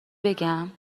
بگم